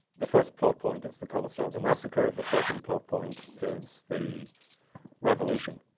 the first plot point is the conestoga massacre. the second plot point is the revolution.